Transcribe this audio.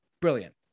Brilliant